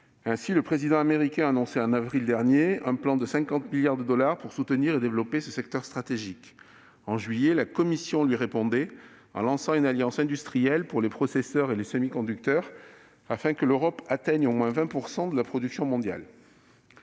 Ainsi, le président américain annonçait en avril dernier un plan de 50 milliards de dollars pour soutenir et développer ce secteur stratégique. En juillet, la Commission lui répondait en lançant une alliance industrielle pour les processeurs et les semi-conducteurs, afin que l'Europe atteigne au moins 20 % de la production mondiale.